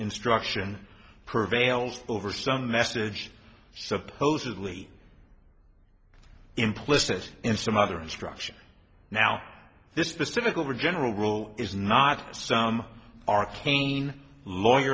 instruction prevails over some message supposedly implicit in some other instruction now this specific over a general rule is not some arcane lawyer